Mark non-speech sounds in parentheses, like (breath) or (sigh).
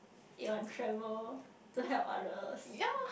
your travel to help others (breath)